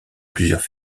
plusieurs